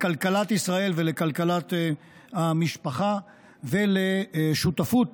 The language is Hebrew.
לכלכלת ישראל ולכלכלת המשפחה ולשותפות